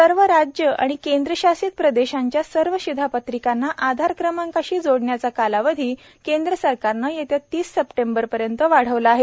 सर्व राज्य आणि केंद्र शासित प्रदेशांच्या सर्व शिधापत्रिकांना आधार क्रमाकांशी जोडण्याचा कालावधी केंद्र सरकारनं येत्या तीस सप्टेंबर पर्यंत वाढवला आहे